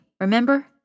remember